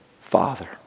Father